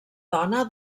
dona